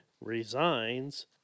resigns